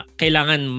kailangan